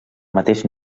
mateix